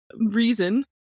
reason